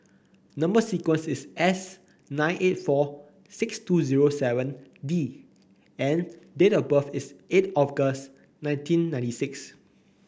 number sequence is S nine eight four six two zero seven D and date of birth is eight August nineteen ninety six